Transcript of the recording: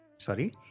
Sorry